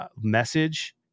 message